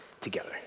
together